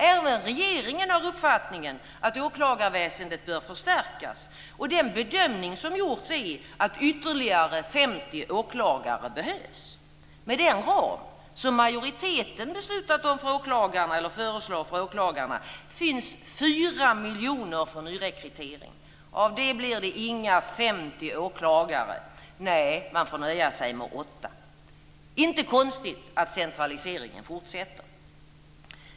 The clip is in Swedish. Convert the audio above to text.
Även regeringen har uppfattningen att åklagarväsendet bör förstärkas, och den bedömning som gjorts är att ytterligare 50 åklagare behövs. Med den ram som majoriteten föreslår för åklagarna finns 4 miljoner för nyrekrytering. Av det blir det inga 50 åklagare. Nej, man får nöja sig med åtta. Det är inte konstigt att centraliseringen fortsätter.